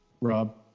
Rob